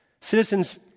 Citizens